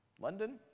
London